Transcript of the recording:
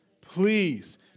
Please